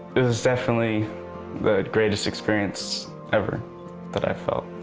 it was definitely the greatest experience ever that i felt.